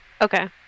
Okay